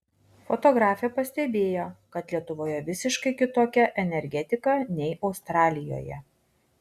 fotografė pastebėjo kad lietuvoje visiškai kitokia energetika nei australijoje